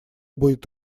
будет